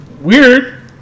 Weird